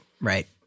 Right